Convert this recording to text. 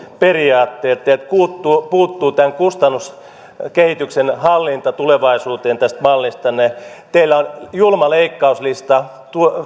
periaatteet teiltä puuttuu puuttuu tämän kustannuskehityksen hallinta tulevaisuuteen tästä mallistanne teillä on julma leikkauslista